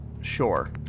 Sure